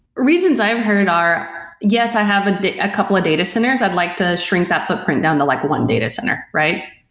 reasons i've heard are, yes, i have a ah couple of data centers. i'd like to shrink that to print down to like one data center, right?